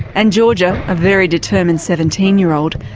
and georgia, a very determined seventeen year old,